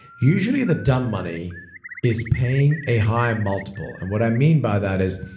usually the dumb money is paying a higher multiple. and what i mean by that is,